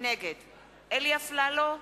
נגד אלי אפללו,